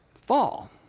fall